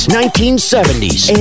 1970s